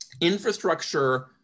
infrastructure